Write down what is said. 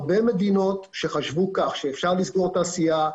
הרבה מדינות שחשבו שאפשר לסגור תעשייה,